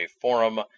forum